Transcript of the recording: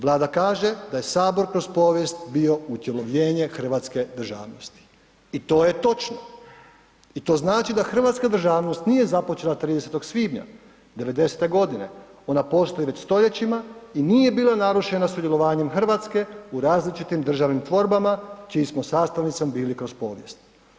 Vlada kaže da je Sabor kroz povijest bio utjelovljenje hrvatske državnosti i to je točno i to znači da hrvatska državnost nije započela 30. svibnja '90.-te godine, ona postoji već stoljećima i nije bila narušena sudjelovanjem Hrvatske u različitim državnim tvorbama čijom smo sastavnicom bili kroz povijest.